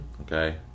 okay